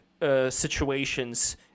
situations